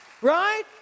right